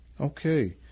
Okay